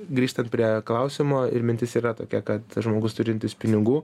grįžtan prie klausimo ir mintis yra tokia kad žmogus turintis pinigų